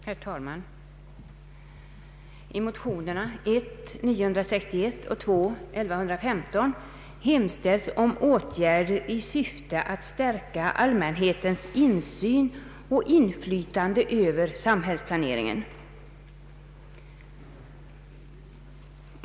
Herr talman! I motionerna I: 961 och II: 1115 hemställes om åtgärder i syfte att stärka allmänhetens insyn och inflytande över samhällsplaneringen.